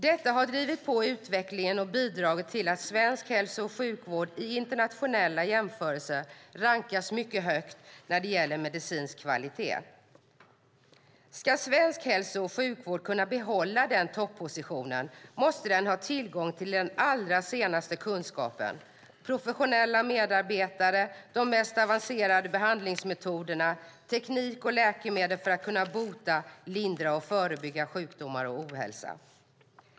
Detta har drivit på utvecklingen och bidragit till att svensk hälso och sjukvård i internationella jämförelser rankas mycket högt när det gäller medicinsk kvalitet. Ska svensk hälso och sjukvård kunna behålla den toppositionen måste den ha tillgång till den allra senaste kunskapen, professionella medarbetare, de mest avancerade behandlingsmetoderna samt teknik och läkemedel för att kunna bota, lindra och förebygga sjukdomar och ohälsa.